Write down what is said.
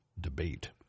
debate